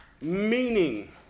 meaning